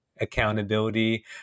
accountability